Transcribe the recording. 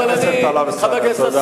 חבר הכנסת טלב אלסאנע, תודה.